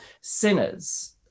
sinners